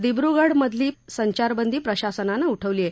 दिब्रुगढमधली संचारबंदी प्रशासनानं उठवली आहे